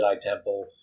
temple